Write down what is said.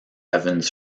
evans